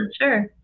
sure